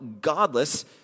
godless